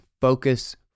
Focus